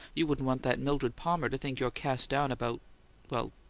you wouldn't want that mildred palmer to think you're cast down about well,